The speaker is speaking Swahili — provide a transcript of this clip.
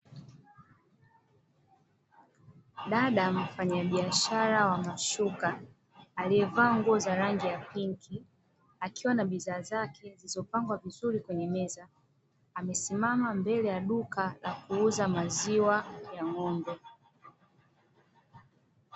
Dada mfanya biashara wa mashuka aliyevaa nguo za rangi ya pinki akiwa na bidhaa zake zilizopangwa vizuri kwenye meza amesimama mbele ya duka la kuuza maziwa ya ngo'mbe.